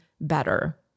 better